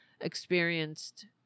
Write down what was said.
experienced